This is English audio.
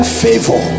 favor